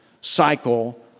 cycle